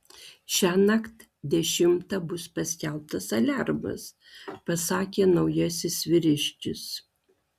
šiąnakt dešimtą bus paskelbtas aliarmas pasakė naujasis vyriškis